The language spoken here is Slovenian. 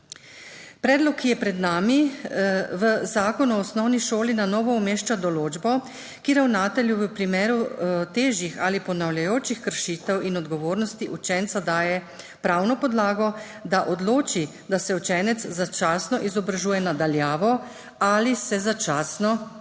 Predlog, ki je pred nami v Zakon o osnovni šoli na novo umešča določbo, ki ravnatelju v primeru težjih ali ponavljajočih se kršitev in odgovornosti učenca daje pravno podlago, da odloči, da se učenec začasno izobražuje na daljavo ali se začasno izključi.